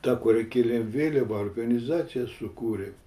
ta kuria kėlėm vėliavą organizaciją sukūrėm